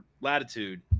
latitude